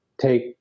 take